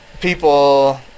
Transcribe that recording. people